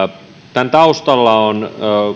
tämän taustalla on